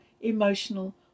emotional